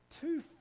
two